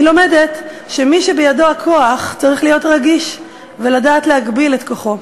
אני לומדת שמי שבידו הכוח צריך להיות רגיש ולדעת להגביל את כוחו.